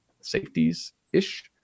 safeties-ish